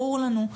ברור לנו,